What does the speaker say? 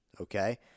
Okay